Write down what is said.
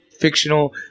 fictional